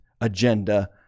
agenda